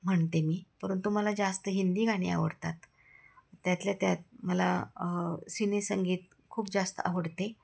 म्हणते मी परंतु मला जास्त हिंदी गाणी आवडतात त्यातल्या त्यात मला सिने संगीत खूप जास्त आवडते